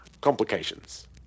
complications